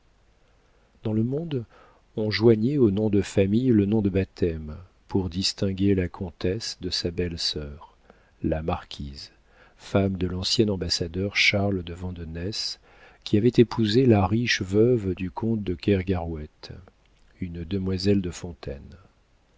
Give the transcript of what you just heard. dans le monde on joignait au nom de famille le nom de baptême pour distinguer la comtesse de sa belle-sœur la marquise femme de l'ancien ambassadeur charles de vandenesse qui avait épousé la riche veuve du comte de kergarouët une demoiselle de fontaine